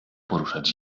poruszać